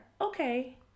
okay